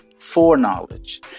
foreknowledge